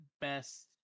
best